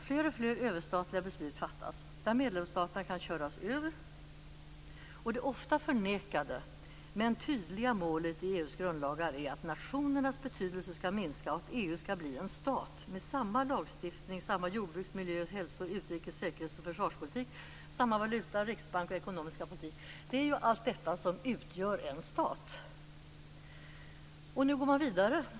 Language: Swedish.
Fler och fler överstatliga beslut fattas, där medlemsstaterna kan köras över. Det ofta förnekade men tydliga målet i EU:s grundlagar är att nationernas betydelse skall minska och EU skall bli en stat med samma lagstiftning, samma jordbruks-, miljö-, hälso-, utrikes-, säkerhets och försvarspolitik, samma valuta, riksbank och ekonomiska politik. Det är ju allt detta som utgör en stat. Nu går man vidare.